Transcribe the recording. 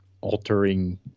altering